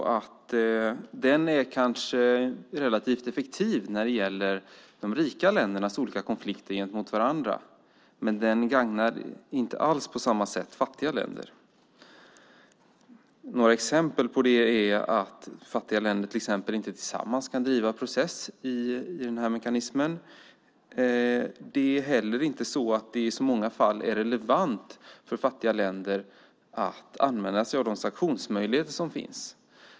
Den är kanske relativt effektiv när det gäller de rika ländernas olika konflikter gentemot varandra, men den gagnar inte alls på samma sätt fattiga länder. Några exempel på det är att fattiga länder inte tillsammans kan driva process i mekanismen. Det är inte heller i så många fall relevant för fattiga länder att använda sig av de sanktionsmöjligheter som finns.